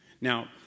now